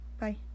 bye